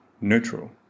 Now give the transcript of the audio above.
neutral